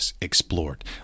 explored